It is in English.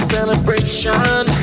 Celebration